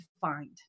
find